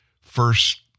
first